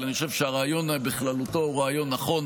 אבל אני חושב שהרעיון בכללותו הוא רעיון נכון,